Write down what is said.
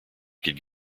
could